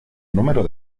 número